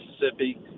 Mississippi